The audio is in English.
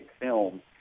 film